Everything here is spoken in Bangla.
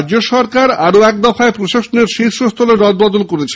রাজ্য সরকার আরও এক দফায় প্রশাসনের শীর্ষস্তরে রদবদল করেছে